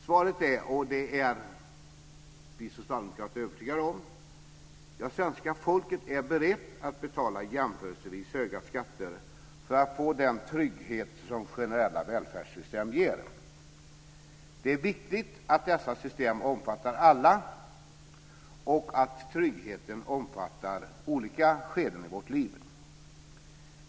Svaret är, och det är vi socialdemokrater övertygade om, att svenska folket är berett att betala jämförelsevis höga skatter för att få den trygghet som generella välfärdssystem ger. Det är viktigt att dessa system omfattar alla och att tryggheten omfattar olika skeden i vårt liv.